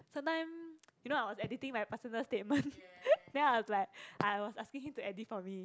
sometime you know I was editing my personal statement then I was like I was asking him to edit for me